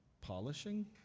polishing